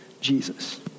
Jesus